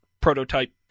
prototype